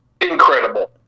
Incredible